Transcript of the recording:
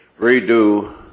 redo